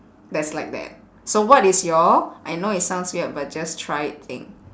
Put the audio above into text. that's like that so what is your I know it sounds weird but just try it thing